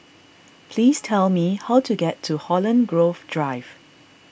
please tell me how to get to Holland Grove Drive